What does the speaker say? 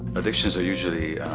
addictions are usually